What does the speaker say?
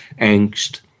angst